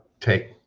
take